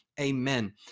amen